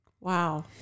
Wow